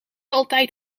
altijd